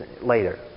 later